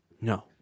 No